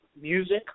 music